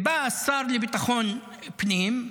בא השר לביטחון פנים,